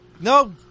no